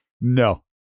no